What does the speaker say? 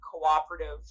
cooperative